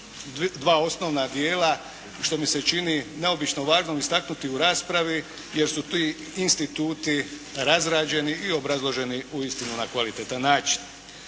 dva osnovna dijela što mi se čini neobično važnim istaknuti u raspravi, jer su ti instituti razrađeni i obrazloženi uistinu na kvalitetan način.